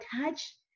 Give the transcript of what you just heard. attach